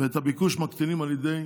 ואת הביקוש מקטינים על ידי